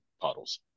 puddles